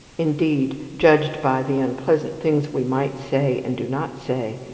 indeed, judged by the unpleasant things we might say and do not say,